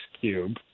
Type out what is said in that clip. Cube